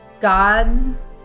gods